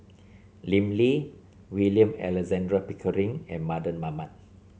Lim Lee William Alexander Pickering and Mardan Mamat